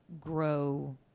grow